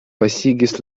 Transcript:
pasigis